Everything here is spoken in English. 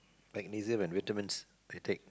magnesium and vitamins you take